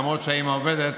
ולמרות שהאימא עובדת,